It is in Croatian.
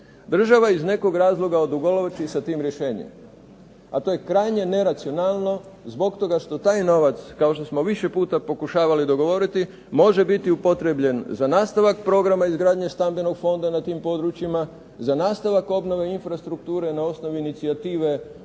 Država iz nekog razloga odugovlači sa tim rješenjem, a to je krajnje neracionalno zbog toga što taj novac, kao što smo više puta pokušavali dogovoriti, može biti upotrijebljen za nastavak programa izgradnje stambenog fonda na tim područjima, za nastavak obnove infrastrukture na osnovi inicijative jedinica